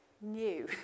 new